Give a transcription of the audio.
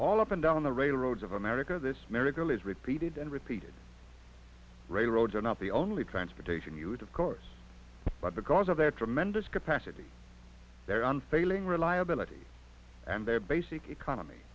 all up and down the railroads of america this miracle is repeated and repeated railroads are not the only transportation you would of course but because of their tremendous capacity their unfailing reliability and their basic economy